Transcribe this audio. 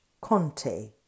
conte